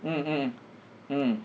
mm mm mm